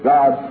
God